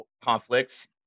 conflicts